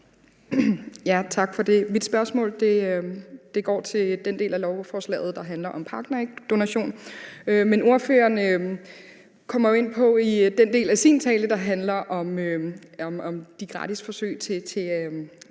Tak for det. Mit spørgsmål går på den del af lovforslaget, der handler om partnerægdonation. Ordføreren kommer jo i den del af sin tale, der handler om de gratis forsøg til